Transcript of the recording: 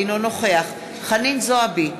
אינו נוכח חנין זועבי,